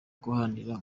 guharanira